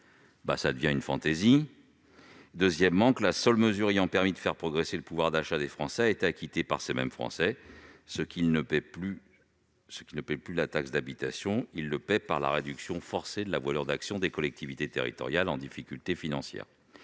est une fantaisie ; deuxièmement, la seule mesure ayant permis de faire progresser le pouvoir d'achat des Français a vu son coût acquitté par ces mêmes Français : ceux qui ne paient plus la taxe d'habitation paient quand même, la réduction forcée de la voilure d'action des collectivités territoriales, en difficulté financière.